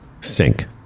sync